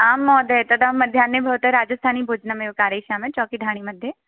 आं महोदय तदा मध्याह्ने भवतः राजस्थानिभोजनमेव कारयिष्यामि चौकिधाणि मध्ये